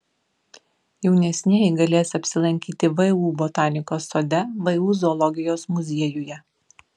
jaunesnieji galės apsilankyti vu botanikos sode vu zoologijos muziejuje